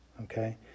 okay